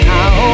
Now